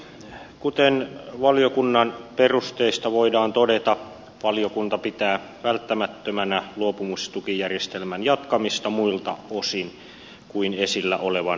kuten valiokunnan perusteluista voidaan todeta valiokunta pitää välttämättömänä luopumistukijärjestelmän jatkamista muilta osin kuin esillä olevan vuokrauksen osalta